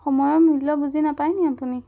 সময়ৰ মূল্য বুজি নাপায়নি আপুনি